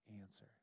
answer